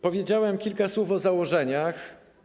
Powiedziałem kilka słów o założeniach.